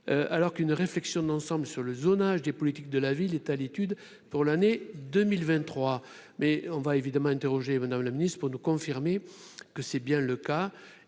alors qu'une réflexion d'ensemble sur le zonage des politiques de la ville est à l'étude pour l'année 2023, mais on va évidemment, Madame la Ministre, pour nous confirmer que c'est bien le cas